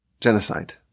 genocide